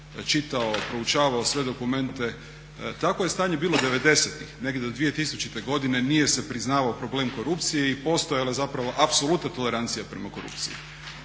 čitao, proučavao sve dokumente. Takvo je stanje bilo devedesetih, negdje do dvije tisućite godine nije se priznavao problem korupcije i postojala je zapravo apsolutna tolerancija prema korupciji.